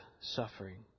suffering